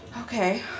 Okay